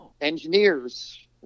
engineers